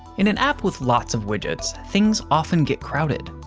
in an app with lots of widgets, things often get crowded.